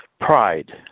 Pride